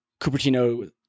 Cupertino